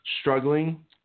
struggling